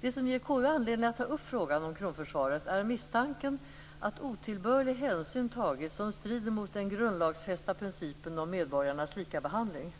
Det som ger KU anledning att ta upp frågan om kronförsvaret är misstanken att otillbörlig hänsyn tagits som strider mot den grundlagsfästa principen om medborgarnas likabehandling.